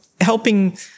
helping